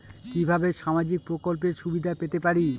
কিভাবে সামাজিক প্রকল্পের সুবিধা পেতে পারি?